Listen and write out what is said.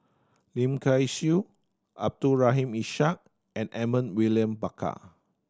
Lim Kay Siu Abdul Rahim Ishak and Edmund William Barker